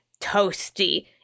toasty